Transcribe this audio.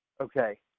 okay